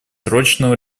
срочного